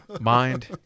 Mind